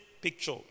picture